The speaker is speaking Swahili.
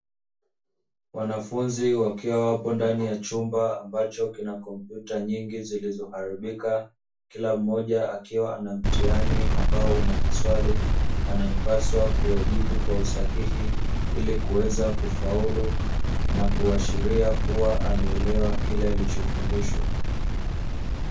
Wanafunzi wakiwa wapo ndani ya chumba ambacho kina kompyuta nyingi zilizoharibika, ambapo kila moja akiwa na mtihani ambao unamaswali anaepaswa kuyajibu kwa usahihi ilikuweza kufaulu na kuashiria kuwa ameelewa kile alichofundishwa.